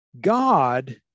God